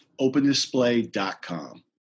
OpenDisplay.com